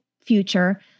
future